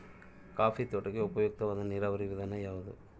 Coffee ತೋಟಕ್ಕೆ ಉಪಯುಕ್ತವಾದ ನೇರಾವರಿ ವಿಧಾನ ಯಾವುದು?